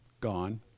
gone